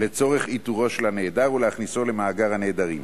לצורך איתורו של נעדר, ולהכניסו למאגר הנעדרים,